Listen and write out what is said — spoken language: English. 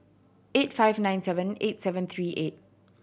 eight five nine seven eight seven three eight